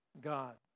God